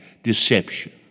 deception